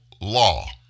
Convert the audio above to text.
law